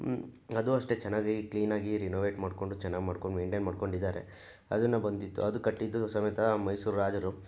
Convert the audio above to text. ಅದು ಅಷ್ಟೆ ಚೆನ್ನಾಗಿ ಕ್ಲೀನಾಗಿ ರಿನೊವೇಟ್ ಮಾಡ್ಕೊಂಡು ಚೆನ್ನಾಗಿ ಮಾಡ್ಕೊಂಡು ಮೈಂಟೇನ್ ಮಾಡ್ಕೊಂಡಿದ್ದಾರೆ ಅದನ್ನು ಬಂದಿದ್ದು ಅದು ಕಟ್ಟಿದ್ದು ಸಮೇತ ಮೈಸೂರು ರಾಜರು